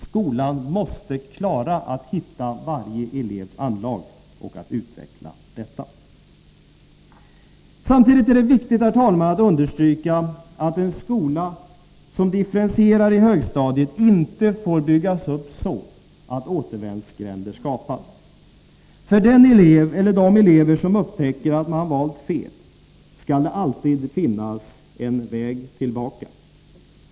Skolan måste klara att hitta varje elevs anlag och att utveckla detta. Samtidigt är det viktigt, herr talman, att understryka att en skola som differentierar på högstadiet inte får byggas upp så att återvändsgränder skapas. För den eller de elever som upptäcker att man valt fel skall det alltid finnas en väg tillbaka.